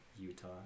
Utah